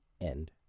end